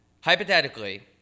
Hypothetically